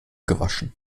gewaschen